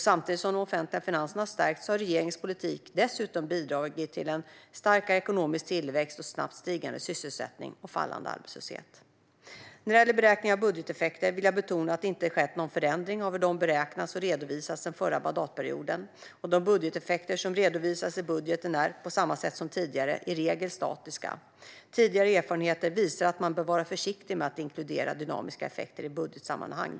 Samtidigt som de offentliga finanserna har stärkts har regeringens politik dessutom bidragit till en stark ekonomisk tillväxt, snabbt stigande sysselsättning och fallande arbetslöshet. När det gäller beräkningar av budgeteffekter vill jag betona att det inte skett någon förändring av hur de beräknas och redovisas sedan den förra mandatperioden. De budgeteffekter som redovisas i budgeten är, på samma sätt som tidigare, i regel statiska. Tidigare erfarenheter visar att man bör vara försiktig med att inkludera dynamiska effekter i budgetsammanhang.